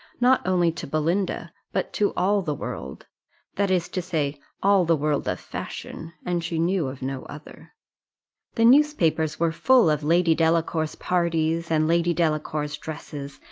not only to belinda, but to all the world that is to say, all the world of fashion, and she knew of no other the newspapers were full of lady delacour's parties, and lady delacour's dresses,